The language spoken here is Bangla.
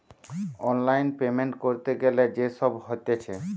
অনলাইন পেমেন্ট ক্যরতে গ্যালে যে সব হতিছে